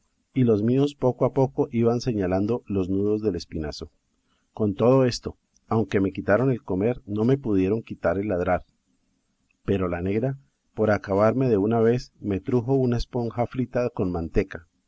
y los míos poco a poco iban señalando los nudos del espinazo con todo esto aunque me quitaron el comer no me pudieron quitar el ladrar pero la negra por acabarme de una vez me trujo una esponja frita con manteca